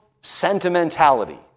sentimentality